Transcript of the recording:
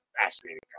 fascinating